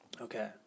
Okay